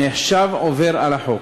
נחשב עובר על החוק.